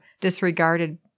disregarded